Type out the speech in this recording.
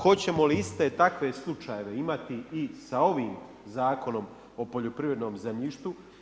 Hoćemo li iste takve slučajeve imati i sa ovim zakonom o poljoprivrednom zemljištu?